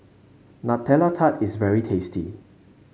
Nutella Tart is very tasty